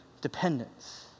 dependence